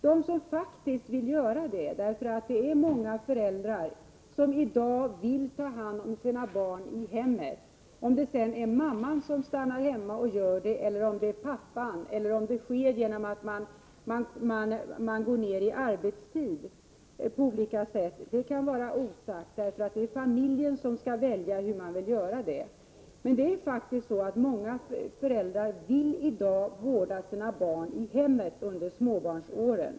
Det är faktiskt många föräldrar som i dag vill ta hand om sina barn i hemmet under småbarnsåren; om det sedan är mamman som stannar hemma eller pappan eller om det sker genom att man går ned i arbetstid på olika sätt kan vara osagt, eftersom det är familjen som skall välja hur det skall göras.